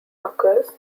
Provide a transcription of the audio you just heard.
occurs